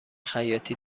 خیاطی